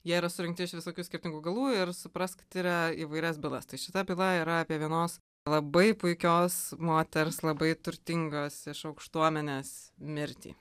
jie yra surinkti iš visokių skirtingų galų ir suprask tiria įvairias bylas tai šita byla yra apie vienos labai puikios moters labai turtingos aukštuomenės mirtį